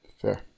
Fair